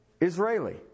Israeli